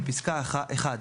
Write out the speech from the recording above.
בפסקה (1).